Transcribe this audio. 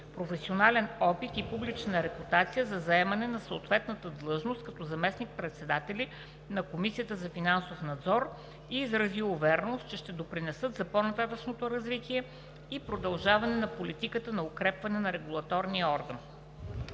професионален опит и публична репутация за заемане на съответната длъжност като заместник-председатели на Комисията за финансов надзор и изрази увереност, че ще допринесат за по-нататъшното развитие и продължаване на политиката на укрепване на регулаторния орган.